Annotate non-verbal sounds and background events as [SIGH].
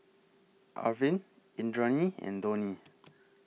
Arvind Indranee and Dhoni [NOISE]